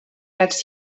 gats